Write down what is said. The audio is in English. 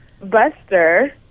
Buster